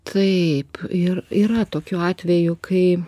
taip ir yra tokių atvejų kai